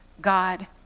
God